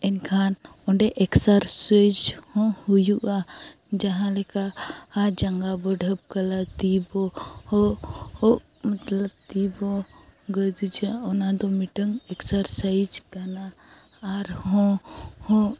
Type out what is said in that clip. ᱮᱱᱠᱷᱟᱱ ᱚᱸᱰᱮ ᱮᱠᱥᱟᱨᱥᱟᱭᱤᱡᱽ ᱦᱚᱸ ᱦᱩᱭᱩᱜᱼᱟ ᱡᱟᱦᱟᱸ ᱞᱮᱠᱟ ᱟᱨ ᱡᱟᱸᱜᱟ ᱵᱚ ᱰᱷᱟᱹᱵᱠᱟᱹᱞᱟ ᱛᱤ ᱵᱚ ᱦᱚᱜ ᱦᱚᱜ ᱢᱚᱛᱞᱚᱵᱽ ᱛᱤ ᱵᱚ ᱜᱟᱹᱫᱩᱡᱟ ᱚᱱᱟ ᱫᱚ ᱢᱤᱴᱟᱝ ᱮᱠᱥᱟᱨᱥᱟᱭᱤᱡᱽ ᱠᱟᱱᱟ ᱟᱨᱦᱚᱸ ᱦᱚᱸ